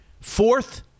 Fourth